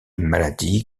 maladie